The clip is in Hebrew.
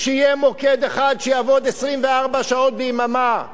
שיהיה מוקד אחד שיעבוד 24 שעות ביממה,